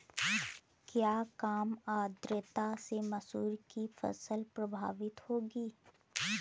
क्या कम आर्द्रता से मसूर की फसल प्रभावित होगी?